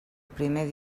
primer